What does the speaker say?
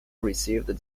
received